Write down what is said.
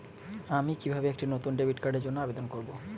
আমি কিভাবে একটি নতুন ডেবিট কার্ডের জন্য আবেদন করব?